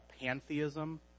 pantheism